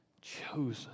chosen